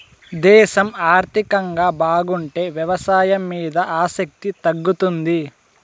దేశం ఆర్థికంగా బాగుంటే వ్యవసాయం మీద ఆసక్తి తగ్గుతుంది